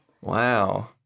Wow